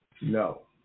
No